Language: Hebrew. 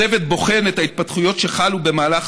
הצוות בוחן את ההתפתחויות שחלו במהלך